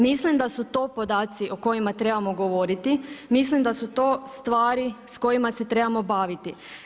Mislim da su to podaci o kojima trebamo govoriti, mislim da su to stvari sa kojima se trebamo baviti.